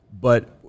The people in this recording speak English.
but-